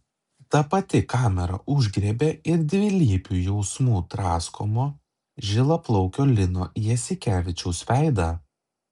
ta pati kamera užgriebė ir dvilypių jausmų draskomo žilaplaukio lino jasikevičiaus veidą